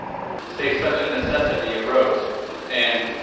but say, such a necessity arose and,